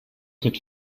mit